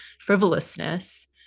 frivolousness